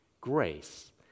Grace